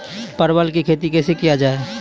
परवल की खेती कैसे किया जाय?